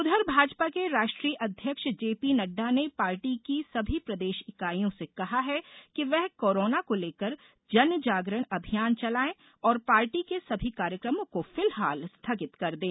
उधर भाजपा के राष्ट्रीय अध्यक्ष जे पी नड्ढा ने पार्टी की सभी प्रदेश इकाईयों से कहा है कि वे कोरोना को लेकर जन जागरण अभियान चलाये और पार्टी के सभी कार्यक्रमों को फिलहाल स्थगित कर दें